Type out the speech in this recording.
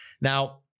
Now